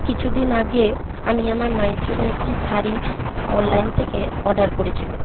কিছুদিন আগে আমি আমার মায়ের জন্য একটি শাড়ি অনলাইন থেকে অর্ডার করেছিলাম